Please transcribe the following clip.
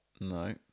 No